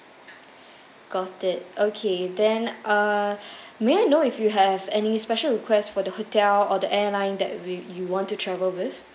got it okay then uh may I know if you have any special requests for the hotel or the airline that we you want to travel with